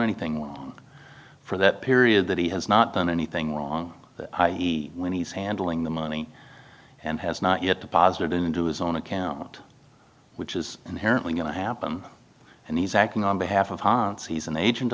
anything for that period that he has not done anything wrong when he's handling the money and has not yet deposited into his own account which is inherently going to happen and he's acting on behalf of hans he's an agent